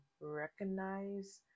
recognize